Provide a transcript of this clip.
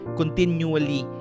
continually